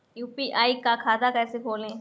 UPI का खाता कैसे खोलें?